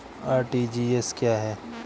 RTGS क्या है?